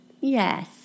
Yes